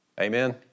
Amen